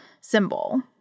symbol